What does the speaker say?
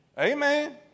Amen